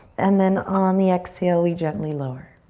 and then on the exhale, we gently lower.